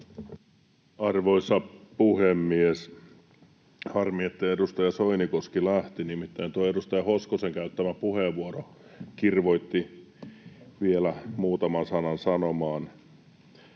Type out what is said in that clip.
Arvoisa puhemies! Harmi, että edustaja Soinikoski lähti, nimittäin tuo edustaja Hoskosen käyttämä puheenvuoro kirvoitti vielä muutaman sanan sanomaan.